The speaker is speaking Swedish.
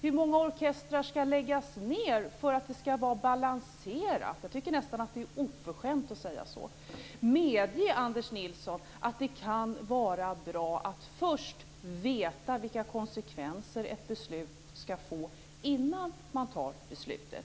Hur många orkestrar skall läggas ned för att det skall vara balanserat? Jag tycker nästan att det är oförskämt att säga så. Medge, Anders Nilsson, att det kan vara bra att först veta vilka konsekvenser ett beslut får innan man fattar beslutet!